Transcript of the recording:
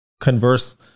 converse